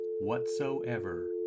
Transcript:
whatsoever